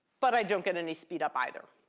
but i don't get any speed-up either.